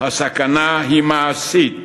הסכנה היא מעשית,